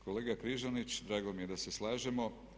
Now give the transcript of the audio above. Kolega Križanić drago mi je da se slažemo.